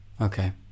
Okay